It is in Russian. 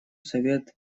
совет